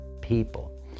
people